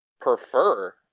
prefer